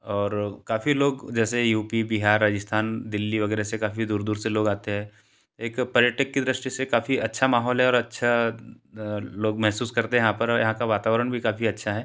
और काफ़ी लोग जैसे यू पी बिहार राजस्थान दिल्ली वगैरह से काफ़ी दूर दूर से लोग आते हैं एक पर्यटक की दृष्टि से काफ़ी अच्छा माहौल है और अच्छा लोग महसूस करते हैं यहाँ पर और यहाँ का वातावरण भी काफ़ी अच्छा है